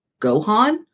gohan